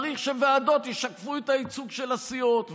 צריך שהוועדות ישקפו את הייצוג של הסיעות,